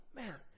man